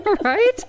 right